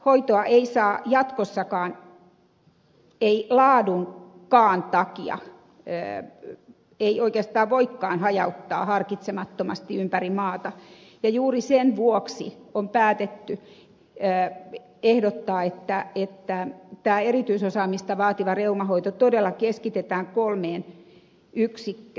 hoitoa ei saa jatkossakaan eikä laadunkaan takia oikeastaan voikaan hajauttaa harkitsemattomasti ympäri maata ja juuri sen vuoksi on päätetty ehdottaa että tämä erityisosaamista vaativa reumahoito todella keskitetään kolmeen yksikköön